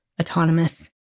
autonomous